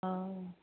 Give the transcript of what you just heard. हा